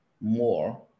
more